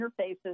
interfaces